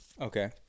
Okay